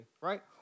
right